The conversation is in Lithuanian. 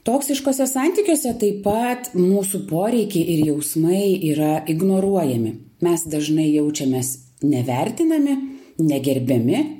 toksiškuose santykiuose taip pat mūsų poreikiai ir jausmai yra ignoruojami mes dažnai jaučiamės nevertinami negerbiami